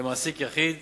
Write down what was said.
למעסיק יחיד